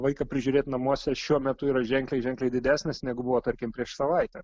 vaiką prižiūrėt namuose šiuo metu yra ženkliai ženkliai didesnės negu buvo tarkim prieš savaitę